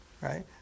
Right